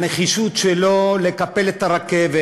הנחישות שלו לקפל את הרכבת,